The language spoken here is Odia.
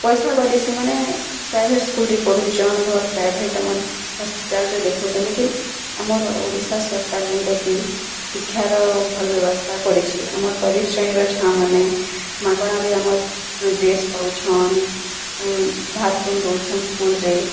ପଇସା ବାଲି ସେମାନେ ପ୍ରାଇଭେଟ୍ ସ୍କୁଲ୍ରେ ପଢ଼ଉଛନ୍ ଭଲ ପ୍ରାଇଭେଟ୍ ଆମର୍ ହସ୍ପିଟାଲ୍ରେ ଦେଖଉଛନ୍ ଲେକିନ୍ ଆମର୍ ଓଡ଼ିଶା ସରକାର ଯେନ୍ତା କି ଶିକ୍ଷାର ଭଲ ବ୍ୟବସ୍ଥା କରିଛି ଆମର ଗରିବ ଶ୍ରେଣୀର ଛୁଆମାନେ ମାଗଣାରେ ଆମର ଡ୍ରେସ୍ ପାଉଛନ୍ ଭାତ୍ ତୁନ୍ ଦଉଛନ୍ ସ୍କୁଲ୍ରେ